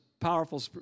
powerful